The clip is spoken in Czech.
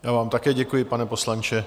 Já vám také děkuji, pane poslanče.